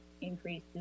increase